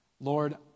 Lord